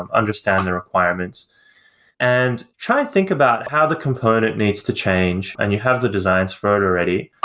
um understand the requirements. and try and think about how the component needs to change and you have the designs for it already.